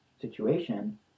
situation